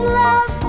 love